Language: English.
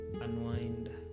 unwind